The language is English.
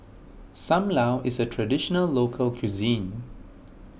Sam Lau is a Traditional Local Cuisine